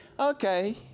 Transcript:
okay